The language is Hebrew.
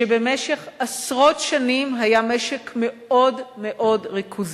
שבמשך עשרות שנים היה משק מאוד מאוד ריכוזי.